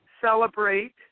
celebrate